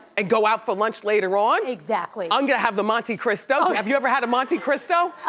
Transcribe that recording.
and go out for lunch later on. exactly. i'm gonna have the monte cristo, have you ever had a monte cristo?